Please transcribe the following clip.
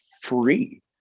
free